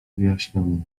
wyjaśnioną